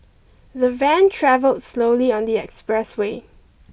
the van travelled slowly on the expressway